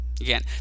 Again